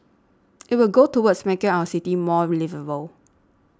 it will go towards making our city more liveable